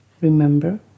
remember